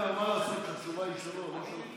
כן, אבל מה לעשות שהתשובה היא שלו, לא שלכם.